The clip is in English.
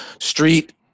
street